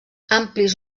amplis